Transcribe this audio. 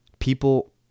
People